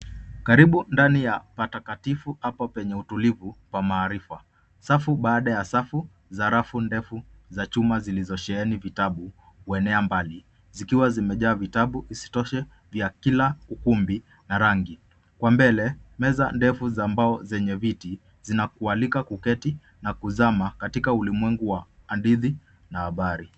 Karibu ndani ya patakatifu hapa penye utulivu pa maarifa. Safu baada ya safu za rafu ndefu za chuma zilizosheheni vitabu huenea mbali zikiwa zimejaa vitabu. Isitoshe, vya kila ukumbi na rangi. Kwa mbele meza ndefu za mbao zenye viti zinakualika kuketi na kuzama katika ulimwengu wa hadithi na habari.